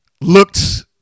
looked